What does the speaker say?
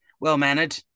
Well-mannered